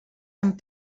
amb